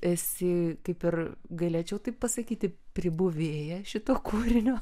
esi kaip ir galėčiau taip pasakyti pribuvėja šito kūrinio